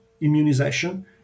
immunization